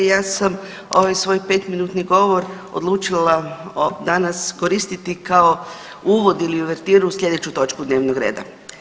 Ja sam ovaj svoj 5-minutni govor odlučila o danas koristiti kao uvod ili uvertiru u sljedeću točku dnevnog reda.